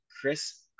Chris